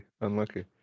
Unlucky